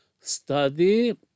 study